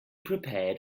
prepared